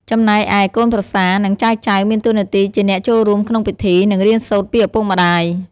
ចំណែកឯ កូនប្រសា និង ចៅៗ មានតួនាទីជាអ្នកចូលរួមក្នុងពិធី និងរៀនសូត្រពីឪពុកម្ដាយ។